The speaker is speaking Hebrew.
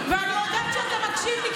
ואני יודעת שאתה מקשיב לי,